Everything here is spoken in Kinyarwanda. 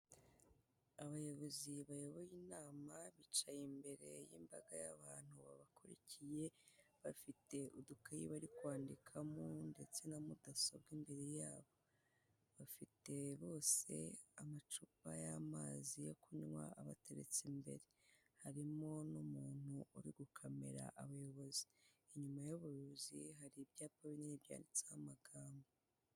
Abayobozi bayoboye inama bicaye imbere y'imbaga y'abantu babakurikiye bafite udukayi bari kwandikamo ndetse na mudasobwa imbere yabo. Bafite bose amacupa y'amazi yo kunywa abateretse imbere harimo n'umuntu uri gukamera abayobozi, inyuma y'ubuyobozi hari ibyapa binini byanditseho amagambo.